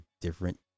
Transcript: different